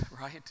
right